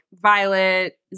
Violet